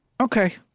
Okay